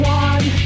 one